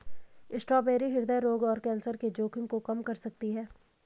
strawberry हृदय रोग और कैंसर के जोखिम को कम कर सकती है